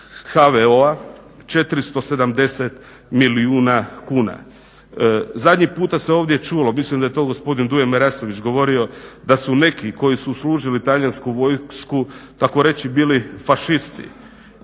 HVO-a 470 milijuna kuna. Zadnji puta se ovdje čuo mislim da je to gospodin Duje Marasović govorio da su neki koji su služili talijansku vojsku tako reći bili fašisti,